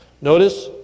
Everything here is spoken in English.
Notice